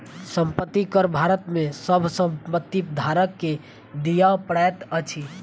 संपत्ति कर भारत में सभ संपत्ति धारक के दिअ पड़ैत अछि